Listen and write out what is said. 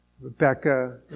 Rebecca